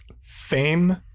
fame